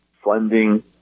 funding